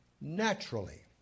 naturally